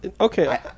Okay